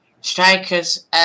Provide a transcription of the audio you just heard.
strikers